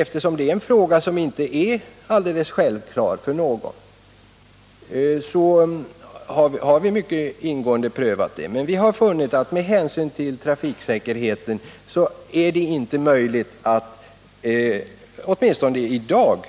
Eftersom detta är en fråga som inte varit självklar för någon, har vi ingående prövat den. Vi har då funnit att det med hänsyn till trafiksäkerheten inte är möjligt — åtminstone inte i dag — att